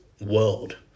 world